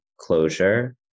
closure